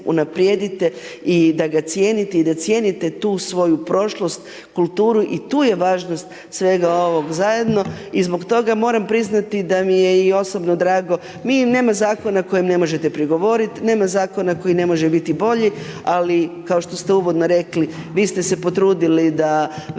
i da ga cijenite i da cijenite tu svoju prošlost, kulturu i tu je važnost svega ovog zajedno i zbog toga moram priznati da mi je i osobno drago, mi, nema Zakona kojim ne možete prigovorit, nema Zakona koji ne može biti bolji, ali kao što ste uvodno rekli, vi ste se potrudili da vezano